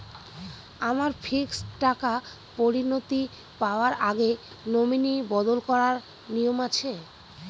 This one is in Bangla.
আমার ফিক্সড টাকা পরিনতি পাওয়ার আগে নমিনি বদল করার নিয়ম আছে?